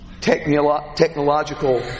technological